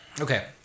Okay